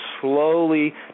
slowly